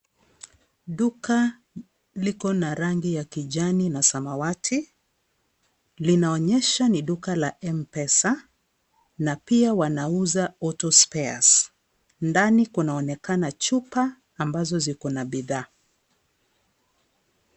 Duka liko na rangi ya kijani na samawati, linaonyesha ni duka la M-Pesa, na pia wanauza auto spares . Ndani kunaonekana chupa, ambazo ziko na bidhaa.